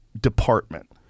department